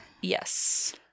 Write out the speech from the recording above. yes